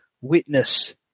witness